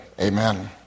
Amen